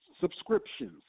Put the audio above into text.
subscriptions